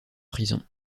prison